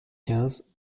quinze